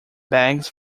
bags